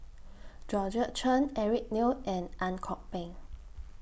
Georgette Chen Eric Neo and Ang Kok Peng